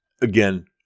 Again